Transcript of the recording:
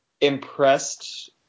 impressed